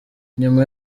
nyuma